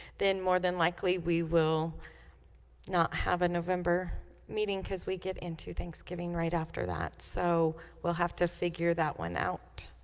then more than likely we will not have a november meeting because we get into thanksgiving right after that so we'll have to figure that one out